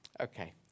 Okay